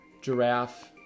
giraffe